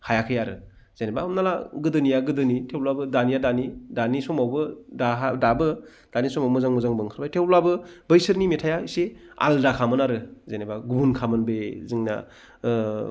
हायाखै आरो जेनेबा हमना ला गोदोनिया गोदोनि थेवब्लाबो दानिया दानि समावबो दाबो दानि समाव मोजां मोजां ओंखारबाय थेवब्लाबो बैसोरनि मेथाइआ एसे आलदाखामोन आरो जेनेबा गुबुन खामोन बे जोंना